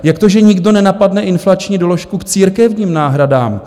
Jak to, že nikdo nenapadne inflační doložku k církevním náhradám?